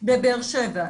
בבאר שבע.